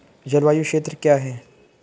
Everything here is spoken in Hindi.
जलवायु क्षेत्र क्या है?